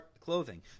clothing